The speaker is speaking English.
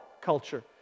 culture